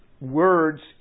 words